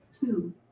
Two